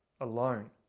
alone